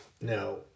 Now